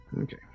Okay